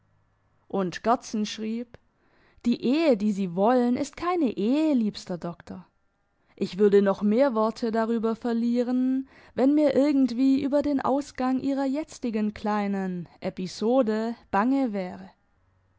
und gerdsen schrieb die ehe die sie wollen ist keine ehe liebster doktor ich würde noch mehr worte darüber verlieren wenn mir irgendwie über den ausgang ihrer jetzigen kleinen episode bange wäre